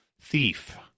thief